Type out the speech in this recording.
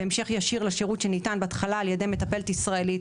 בהמשך ישיר לשירות שניתן בהתחלה על ידי מטפלת ישראלית,